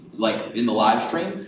like, in the live stream.